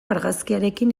argazkiarekin